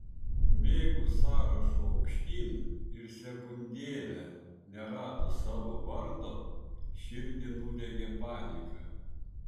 bėgu sąrašu aukštyn ir sekundėlę neradus savo vardo širdį nudiegia panika